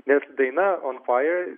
nes daina on fire